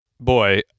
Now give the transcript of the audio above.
Boy